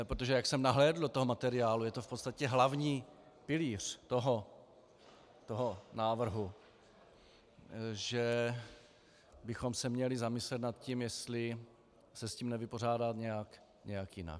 Protože jak jsem nahlédl do toho materiálu, je to v podstatě hlavní pilíř toho návrhu že bychom se měli zamyslet nad tím, jestli se s tím nevypořádat nějak jinak.